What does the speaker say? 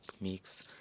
mix